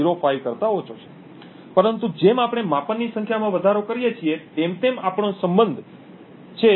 05 કરતા ઓછો છે પરંતુ જેમ આપણે માપનની સંખ્યામાં વધારો કરીએ છીએ તેમ તેમ આપણો સંબંધ છે જે 0